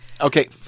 Okay